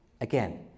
Again